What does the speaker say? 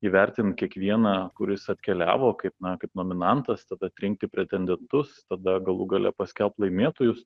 įvertint kiekvieną kuris atkeliavo kaip na kaip nominantas tada atrinkti pretendentus tada galų gale paskelbt laimėtojus